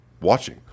watching